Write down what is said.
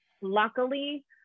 luckily